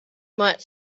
might